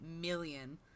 million